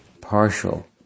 partial